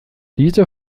diese